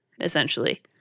essentially